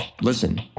listen